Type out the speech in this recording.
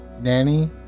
nanny